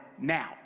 now